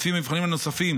לפי המבחנים הנוספים